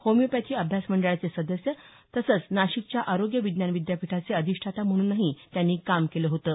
homeopathy अभ्यास मंडळाचे सदस्य तसं नाशिकच्या आरोग्य विज्ञान विद्यापीठाचे अधिष्ठाता म्हणूनही त्यांनी काम केलं होतं